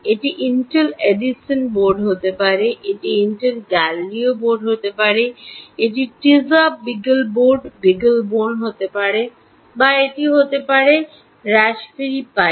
এটি Intel Edison board হতে পারে এটি ইন্টেল গ্যালিলিও বোর্ড হতে পারে এটি টিজা বিগলবোর্ড বিগলেবোন হতে পারে বা এটি হতে পারে রাস্পবেরি পাই